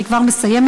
אני כבר מסיימת,